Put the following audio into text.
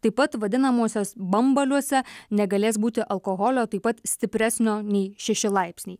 taip pat vadinamuosiuos bambaliuose negalės būti alkoholio taip pat stipresnio nei šeši laipsniai